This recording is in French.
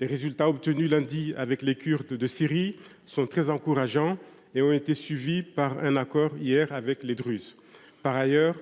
Les résultats obtenus lundi avec les Kurdes de Syrie sont très encourageants, et ont été suivis par un accord hier avec les Druzes. Par ailleurs,